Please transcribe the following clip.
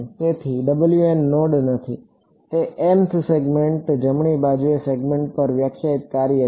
તેથી નોડ નથી તે mth સેગમેન્ટ જમણી બાજુના સેગમેન્ટ પર વ્યાખ્યાયિત કાર્ય છે